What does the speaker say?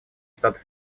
штатов